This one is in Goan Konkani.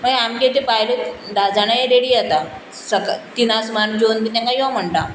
मागीर आमगे तें बायल धा जाणां रेडी जाता सका तिना सुमार जेवन बीन तेंकां यो म्हणटा